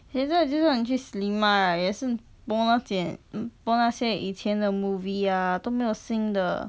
也是就是你去 cinema right 也是播那捡播那些以前的 movie ah 都没有新的